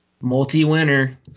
multi-winner